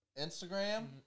Instagram